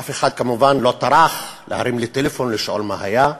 אף אחד כמובן לא טרח להרים אלי טלפון לשאול מה היה.